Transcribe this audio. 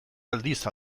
aldiz